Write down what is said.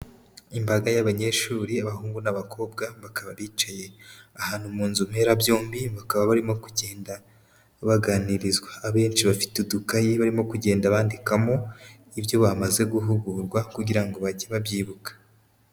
Imbaga y'abanyeshuri abahungu n'abakobwa, bakaba bicaye ahantu mu nzu mberabyombi, bakaba barimo kugenda baganirizwa, abenshi bafite udukayi barimo kugenda bandikamo ibyo bamaze guhugurwa kugira ngo bajye babyibuka.